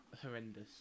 horrendous